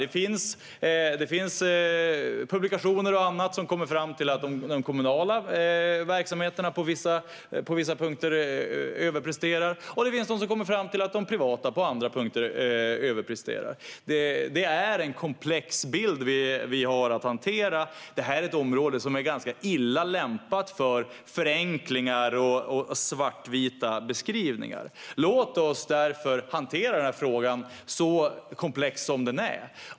Det finns publikationer och annat som kommer fram till att de kommunala verksamheterna överpresterar på vissa punkter, medan det finns de som kommer fram till att de privata överpresterar på andra punkter. Det är en komplex bild vi har att hantera. Detta är ett område som är dåligt lämpat för förenklingar och svartvita beskrivningar. Låt oss därför hantera frågan som så komplex som den är.